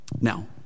Now